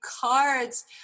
cards